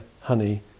honey